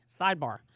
sidebar